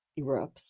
erupts